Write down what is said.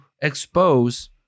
expose